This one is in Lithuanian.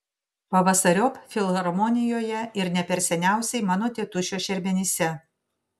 pavasariop filharmonijoje ir ne per seniausiai mano tėtušio šermenyse